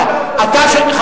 שמע, אתה, לא מותר לו לשקר.